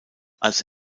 als